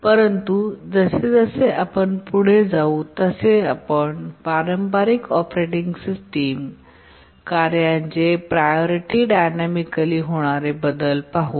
परंतु जसजसे आपण पुढे जाऊ तसे आपण पारंपारिक ऑपरेटिंग सिस्टम कार्यांचे प्रायोरिटी डायनॅमिकली होणारे बदल पाहू